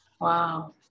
wow